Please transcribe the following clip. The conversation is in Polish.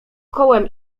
kołem